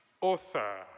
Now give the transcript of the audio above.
author